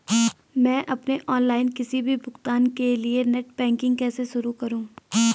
मैं अपने ऑनलाइन किसी भी भुगतान के लिए नेट बैंकिंग कैसे शुरु करूँ?